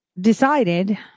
decided